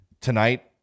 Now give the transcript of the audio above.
tonight